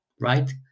right